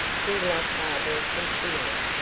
he loved barbara sincerely,